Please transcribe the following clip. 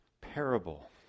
parable